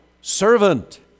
servant